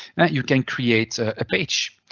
now, you can create a page.